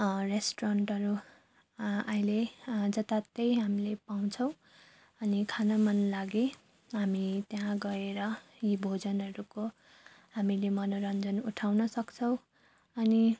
रेस्टुरेन्टहरू अहिले जताततै हामीले पाउँछौँ अनि खान मन लागे हामी त्यहाँ गएर यी भोजनहरूको हामीले मनोरन्जन उठाउन सक्छौँ अनि